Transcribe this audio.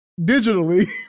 digitally